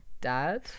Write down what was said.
Dad